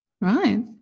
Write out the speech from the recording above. Right